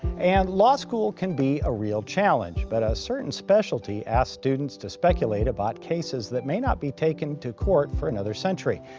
and law school can be a real challenge, but a certain specialty asked students to speculate about cases that may not be taken to court for another century.